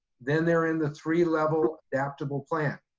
then they're in the three level adaptable plan,